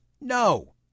no